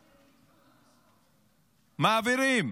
מעבירים,